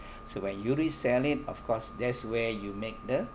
so when you resell it of course there's where you make the